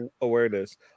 awareness